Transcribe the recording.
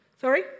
Sorry